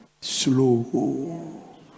slow